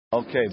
Okay